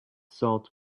salt